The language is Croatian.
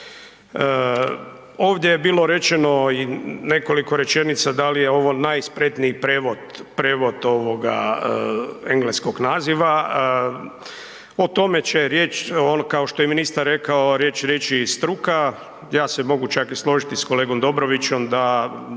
Ovdje je bilo rečeno i nekoliko rečenica da li je ovo najspretniji prijevod, prijevod ovoga engleskog naziva o tome će riječ, kao što je ministar rekao riječ reći i struka, ja se mogu čak i složiti s kolegom Dobrovićem da